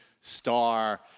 star